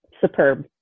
superb